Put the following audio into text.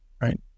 right